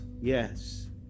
Yes